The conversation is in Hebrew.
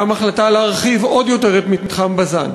גם החלטה להרחיב עוד יותר את מתחם בז"ן,